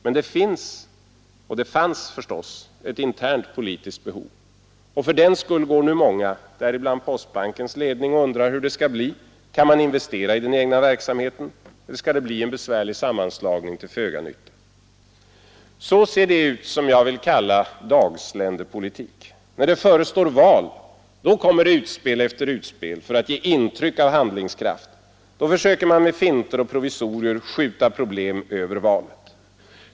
Men det fanns och finns förstås ett internt politiskt behov, och fördenskull går nu många däribland Postbankens ledning och undrar hur det skall bli: Kan man investera i den egna verksamheten eller skall det bli en besvärlig sammanslagning till föga nytta? Så ser vad jag vill kalla dagsländepolitiken ut. När det förestår val kommer regeringen med utspel efter utspel för att ge intryck av handlingskraft. Då försöker man med diverse finter och provisorier skjuta problem till efter valet.